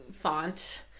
font